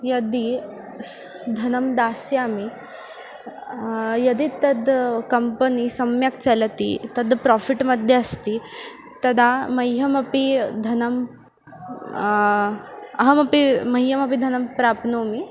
यदि स् धनं दास्यामि यदि तद् कम्पनी सम्यक् चलति तद् प्रोफिट् मध्ये अस्ति तदा मह्यमपि धनं अहमपि मह्यमपि धनं प्राप्नोमि